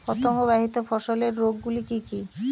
পতঙ্গবাহিত ফসলের রোগ গুলি কি কি?